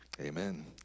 Amen